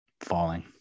falling